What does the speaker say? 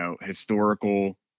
historical